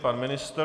Pan ministr?